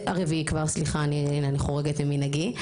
הרביעי כבר סליחה אני חורגת ממנהגי,